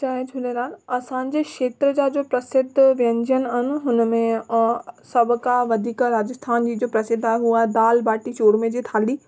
जय झूलेलाल असांजे खेत्र जा जो प्रसिद्ध व्यंजन आहिनि हुनमें अ सभु खां वधीक राजस्थान जी जो प्रसिद्ध आहे हो आहे दालि भाटी चूरमे जी थाली